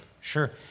sure